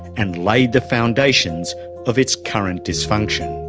and laid the foundations of its current dysfunction.